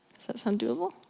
does that sound doable?